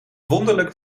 wonderlijk